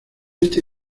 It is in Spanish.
este